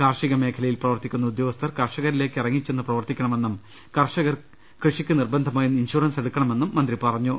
കാർഷിക മേഖലയിൽ പ്രവർത്തിക്കുന്ന ഉദ്യോഗസ്ഥർ കർഷകരിലേക്ക് ഇറങ്ങിചെന്ന് പ്രവർത്തിക്കണമെന്നും കർഷകർ കൃഷിക്ക് നിർബന്ധമായും ഇൻഷൂറൻസ് എടുക്കണമെന്നും മന്ത്രി പറഞ്ഞു